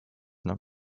not